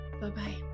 bye-bye